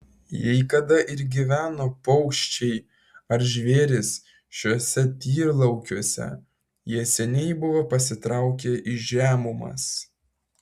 jei kada ir gyveno paukščiai ar žvėrys šiuose tyrlaukiuose jie seniai buvo pasitraukę į žemumas